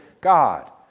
God